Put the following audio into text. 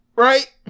right